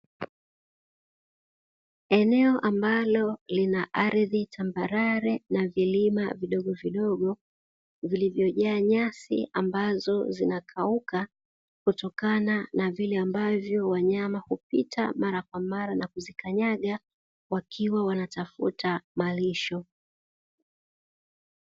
Eneo ambalo lina ardhi tambalale na vilima vidogovidogo lenye nyasi, ambazo zinakauka kutokana na vile ambavyo wanyama hupita mara kwa mara na kuzikanyaga wakiwa wanatafuta malisho.